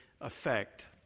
effect